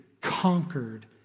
conquered